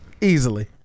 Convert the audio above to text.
Easily